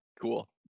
cool